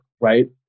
right